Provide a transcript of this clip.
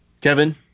Kevin